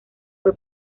fue